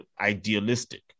idealistic